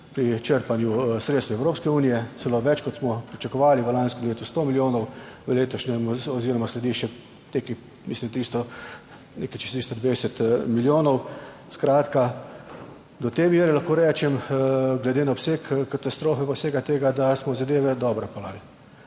pri črpanju sredstev iz Evropske unije, celo več, kot smo pričakovali, v lanskem letu sto milijonov, v letošnjem oziroma sledi še nekaj, mislim, da tisto nekaj čez 320 milijonov. Skratka, do te mere lahko rečem glede na obseg katastrofe pa vsega tega, da smo zadeve dobro peljali.